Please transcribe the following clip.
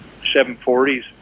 740s